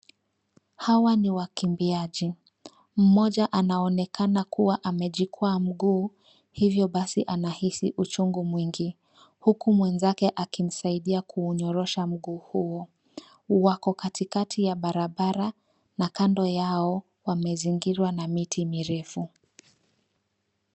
Hawa ni wakimbiaji. Mmoja anaonekana kuwa amejikwaa mguu hivyo basi anahisi uchungu mwingi. Huku mwenzake akimsaidia kuunyorosha mguu huu. Wako katikati ya barabara na kando yao wamezingirwa na miti mirefu.